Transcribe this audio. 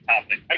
topic